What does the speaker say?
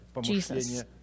Jesus